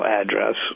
address